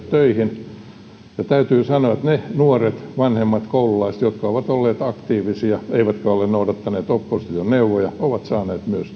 töihin täytyy sanoa että ne nuoret vanhemmat koululaiset jotka ovat olleet aktiivisia eivätkä ole noudattaneet opposition neuvoja ovat myös